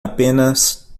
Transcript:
apenas